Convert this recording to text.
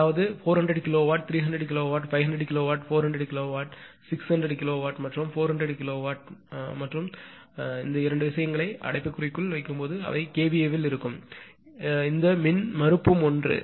அதாவது 400 kilowatt 300 kilowatt 500 kilowatt 400 kilowatt 600 kilowatt மற்றும் 400 kilowatt மற்றும் நீங்கள் இரண்டு விஷயங்களை அடைப்புக்குறிக்குள் வைக்கும்போது அவை கேவிஏவில் இருக்கும் இந்த மின்மறுப்பும் ஒன்றே